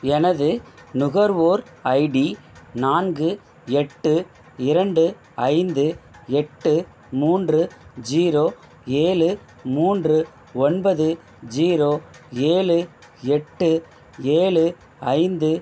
எனது நுகர்வோர் ஐடி நான்கு எட்டு இரண்டு ஐந்து எட்டு மூன்று ஜீரோ ஏழு மூன்று ஒன்பது ஜீரோ ஏழு எட்டு ஏழு ஐந்து